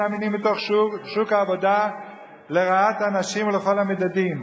המינים בתוך שוק העבודה לרעת הנשים ובכל המדדים?